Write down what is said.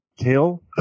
Kale